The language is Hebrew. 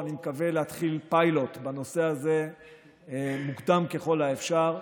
אני מקווה להתחיל פיילוט בנושא הזה מוקדם ככל האפשר,